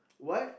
what